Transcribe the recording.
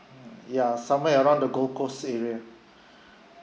ya somewhere around the gold coast area